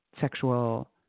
sexual